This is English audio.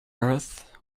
earth